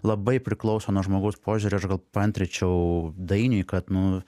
labai priklauso nuo žmogaus požiūrio aš gal paantryčiau dainiui kad nu